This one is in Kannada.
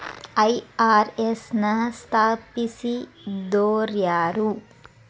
ಐ.ಆರ್.ಎಸ್ ನ ಸ್ಥಾಪಿಸಿದೊರ್ಯಾರು?